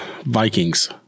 vikings